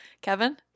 Kevin